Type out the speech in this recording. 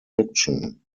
fiction